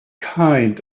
kind